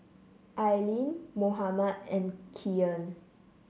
Aileen Mohammed and Kyan